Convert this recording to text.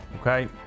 Okay